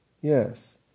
Yes